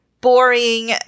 boring